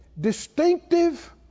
distinctive